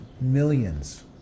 Millions